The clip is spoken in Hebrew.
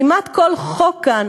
כמעט כל חוק כאן